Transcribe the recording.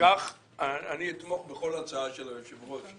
אני אתמוך בעל הצעה של היושב-ראש.